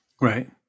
right